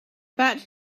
but